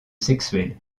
sexuel